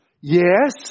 Yes